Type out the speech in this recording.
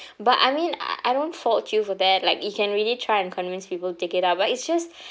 but I mean I I don't fault you for that like you can really try and convince people to take it up but it's just